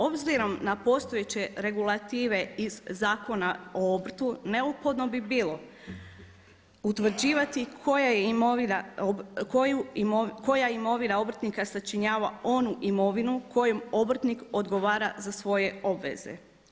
Obzirom na postojeće regulative iz Zakona o obrtu neophodno bi bilo utvrđivati koja imovina obrtnika sačinjava onu imovinu kojom obrtnik odgovara za svoje obveze.